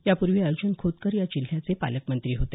यापूर्वी अर्जन खोतकर या जिल्ह्याचे पालकमंत्री होते